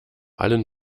allen